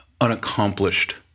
unaccomplished